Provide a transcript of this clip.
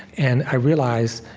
and i realized,